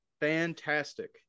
fantastic